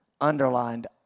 underlined